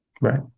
Right